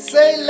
Say